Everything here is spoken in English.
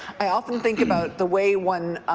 i often think about the way one